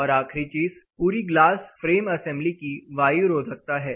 और आखरी चीज पूरी ग्लास फ्रेम असेंबली की वायु रोधकता है